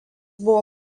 buvo